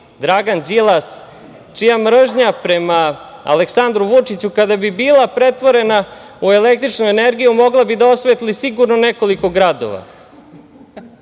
Dragan Đilas, čija mržnja prema Aleksandru Vučiću kada bi bila pretvorena u električnu energiju mogla bi da osvetli, sigurno nekoliko